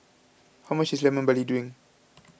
how much is Lemon Barley Drink